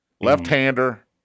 Left-hander